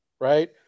right